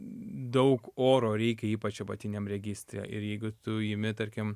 daug oro reikia ypač apatiniam registre ir jeigu tu imi tarkim